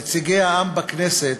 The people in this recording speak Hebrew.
נציגי העם בכנסת,